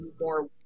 more